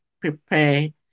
prepare